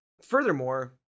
furthermore